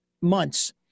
months